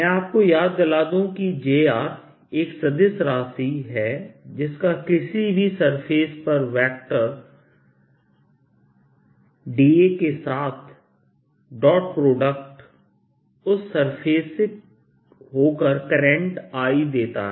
मैं आपको याद दिला दूं कि jएक सदिश राशि है जिसका किसी भी सरफेस पर वेक्टरda के साथ डॉट प्रोडक्ट उस सरफेस से होकर करंट I देता है